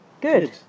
Good